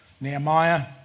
Nehemiah